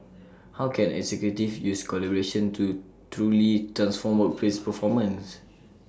how can executives use collaboration tools to truly transform workplace performance